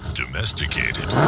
domesticated